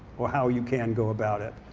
or how you can go about it